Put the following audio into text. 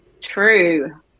True